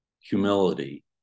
Humility